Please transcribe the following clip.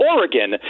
Oregon